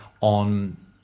on